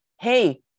hey